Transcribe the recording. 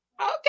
Okay